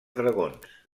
dragons